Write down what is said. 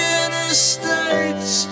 interstates